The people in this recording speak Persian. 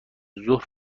ظهر